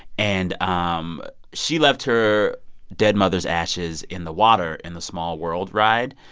and um she left her dead mother's ashes in the water in the small world ride.